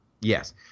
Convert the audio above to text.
yes